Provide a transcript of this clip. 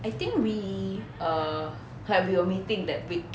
I think we err like we were meeting that week